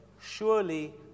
surely